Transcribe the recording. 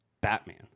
Batman